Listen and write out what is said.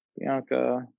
Bianca